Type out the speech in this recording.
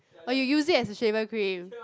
oh you use it as a shaver cream